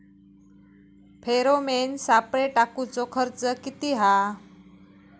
Pheromone सापळे टाकूचो खर्च किती हा?